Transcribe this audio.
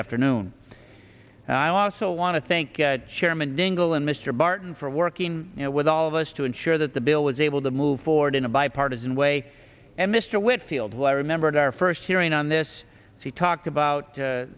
afternoon and i lost so want to think chairman ingle and mr barton for working with all of us to ensure that the bill was able to move forward in a bipartisan way and mr whitfield what i remembered our first hearing on this he talked about